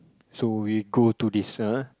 so we go to this ah